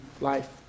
life